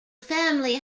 family